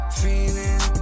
feeling